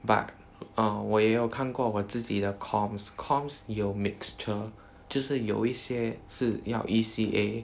but uh 我也有看过我自己的 comms comms 有 mixture 就是有一些要 E_C_A